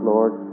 Lord